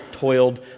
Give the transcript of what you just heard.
toiled